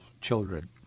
children